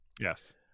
Yes